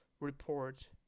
report